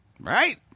Right